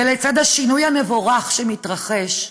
ולצד השינוי המבורך שמתרחש,